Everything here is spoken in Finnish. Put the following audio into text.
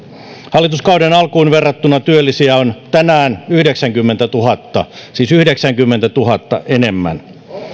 hallituskauden alkuun verrattuna työllisiä on tänään yhdeksänkymmentätuhatta siis yhdeksänkymmentätuhatta enemmän